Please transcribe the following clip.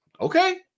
Okay